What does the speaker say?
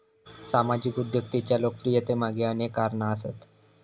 सामाजिक उद्योजकतेच्या लोकप्रियतेमागे अनेक कारणा आसत